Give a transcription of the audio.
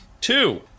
Two